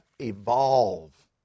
evolve